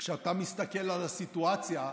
כשאתה מסתכל על הסיטואציה,